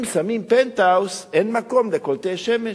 אם שמים פנטהאוז, אין מקום לקולטי שמש.